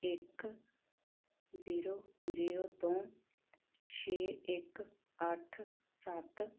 ਇੱਕ zero zero ਤੋਂ ਛੇ ਇੱਕ ਅੱਠ ਸੱਤ